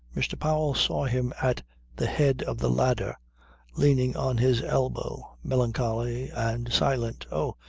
mr. powell saw him at the head of the ladder leaning on his elbow, melancholy and silent. oh!